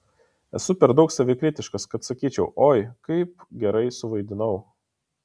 esu per daug savikritiškas kad sakyčiau oi kaip gerai suvaidinau